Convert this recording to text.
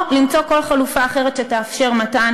או למצוא כל חלופה אחרת שתאפשר מתן